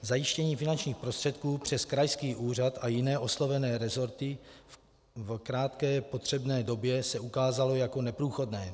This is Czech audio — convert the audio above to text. Zajištění finančních prostředků přes krajský úřad a jiné oslovené resorty v krátké potřebné době se ukázalo jako neprůchodné.